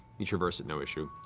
you traverse it no issue.